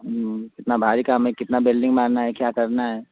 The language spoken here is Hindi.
इतना भारी काम है कितना बिल्डिंग बांधना है क्या करना है